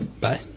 Bye